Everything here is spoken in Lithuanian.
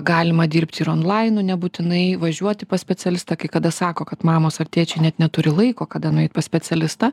galima dirbti ir onlainu nebūtinai važiuoti pas specialistą kai kada sako kad mamos ar tėčiai net neturi laiko kada nueit pas specialistą